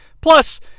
Plus